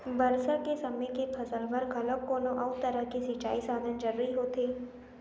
बरसा के समे के फसल बर घलोक कोनो अउ तरह के सिंचई साधन जरूरी होथे